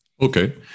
Okay